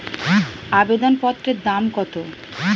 আবেদন পত্রের দাম কত?